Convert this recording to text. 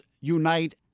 unite